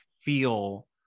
feel